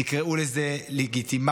תקראו לזה לגיטימציה,